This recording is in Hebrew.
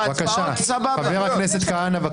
בבקשה, חבר הכנסת כהנא.